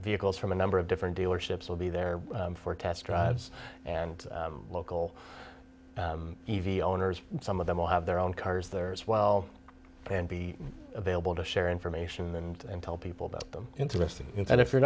vehicles from a number of different dealerships will be there for test drives and local e v owners some of them will have their own cars there as well and be available to share information and tell people about them interested and if you're